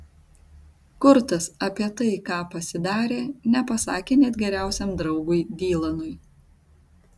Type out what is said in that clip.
kurtas apie tai ką pasidarė nepasakė net geriausiam draugui dylanui